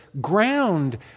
ground